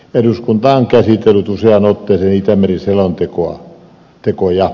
eduskunta on käsitellyt useaan otteeseen itämeri selontekoa